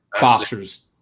boxers